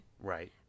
Right